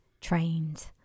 trained